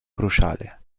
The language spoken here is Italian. cruciale